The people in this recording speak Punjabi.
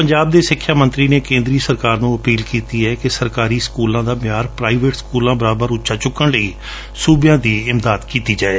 ਪੰਜਾਬ ਦੇ ਸਿੱਖਿਆ ਮੰਤਰੀ ਨੇ ਕੇਂਦਰੀ ਸਰਕਾਰ ਨੂੰ ਅਪੀਲ ਕੀਤੀ ਹੈ ਕਿ ਸਰਕਾਰੀ ਸਕੂਲਾਂ ਦਾ ਮਿਆਰ ਪ੍ਾਈਵੇਟ ਸਕੂਲਾਂ ਬਰਾਬਰ ਉਂਚਾ ਚੁੱਕਣ ਲਈ ਸੂਬਿਆਂ ਦੀ ਮਦਦ ਕੀਤੀ ਜਾਵੇ